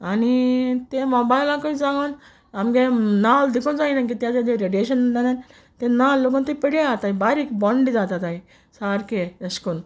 आनी ते मॉबायलाकूच जागोन आमगे नाल देकून जायना कित्या तेजें रेडयेशन नानान ते नाल लगून ते पिड्या आताय बारीक बोंडे जाताताय सारके एश कोन